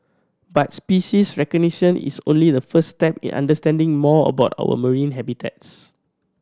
but species recognition is only the first step in understanding more about our marine habitats